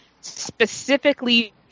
specifically